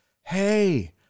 hey